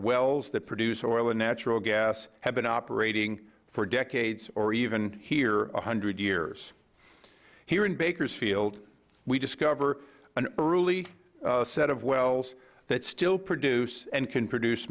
wells that produce oil and natural gas have been operating for decades or even here a hundred years here in bakersfield we discover an early set of wells that still produce and can produce